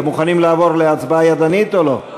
מוכנים לעבור להצבעה ידנית או לא?